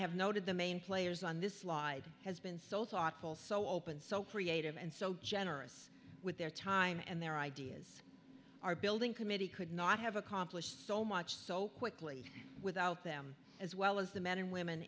have noted the main players on this slide has been so thoughtful so open so creative and so generous with their time and their ideas are building committee could not have accomplished so much so quickly without them as well as the men and women